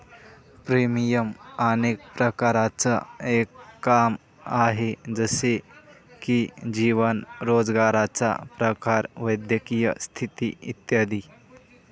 premium अनेक प्रकारांचं एक काम आहे, जसे की जीवन, रोजगाराचा प्रकार, वैद्यकीय स्थिती इत्यादी